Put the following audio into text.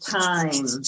time